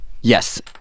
Yes